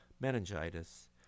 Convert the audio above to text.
meningitis